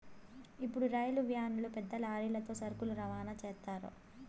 ఇప్పుడు రైలు వ్యాన్లు పెద్ద లారీలతో సరుకులు రవాణా చేత్తారు